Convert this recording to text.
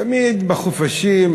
תמיד בחופשות,